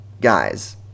guys